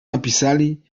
napisali